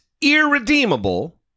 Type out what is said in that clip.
irredeemable